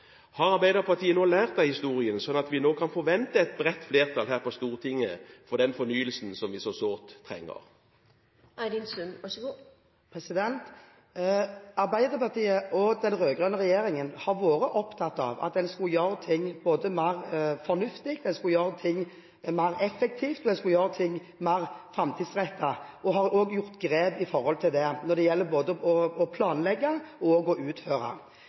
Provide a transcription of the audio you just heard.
Har Arbeiderpartiet nå lært av historien, sånn at vi nå kan forvente et bredt flertall her på Stortinget for den fornyelsen som vi så sårt trenger? Arbeiderpartiet og den rød-grønne regjeringen har vært opptatt av at en skulle gjøre ting mer fornuftig, mer effektivt og mer framtidsrettet. Den har tatt grep når det gjelder både det å planlegge og det å utføre.